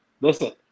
listen